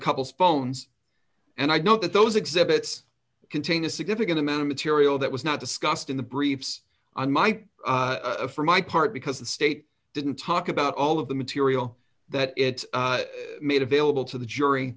couple's phones and i know that those exhibits contain a significant amount of material that was not discussed in the briefs on my for my part because the state didn't talk about all of the material that it made available to the jury